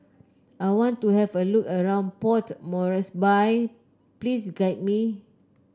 I want to have a look around Port Moresby please guide me